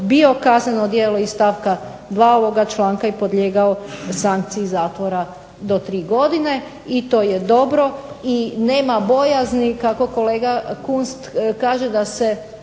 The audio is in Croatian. bio kazneno djelo iz stavka 2. ovoga članka i podlijegao sankciji zatvora do 3 godine, i to je dobro i nema bojazni kako kolega Kunst kaže da se,